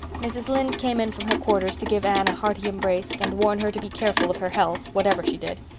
mrs. lynde came in from her quarters to give anne a hearty embrace and warn her to be careful of her health, whatever she did.